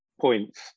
points